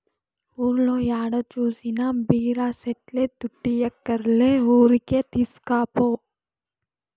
ఊర్లో ఏడ జూసినా బీర సెట్లే దుడ్డియ్యక్కర్లే ఊరికే తీస్కపో